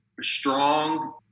strong